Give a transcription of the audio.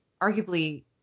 arguably